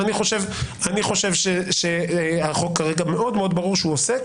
אני חושב שהחוק כרגע מאוד מאוד ברור שהוא עוסק